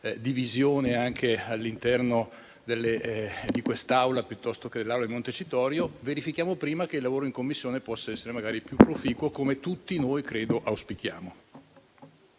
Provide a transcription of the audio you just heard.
divisione anche all'interno di quest'Aula o di quella di Montecitorio. Verifichiamo prima che il lavoro in Commissione possa essere magari più proficuo, come tutti noi - credo - auspichiamo.